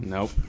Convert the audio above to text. Nope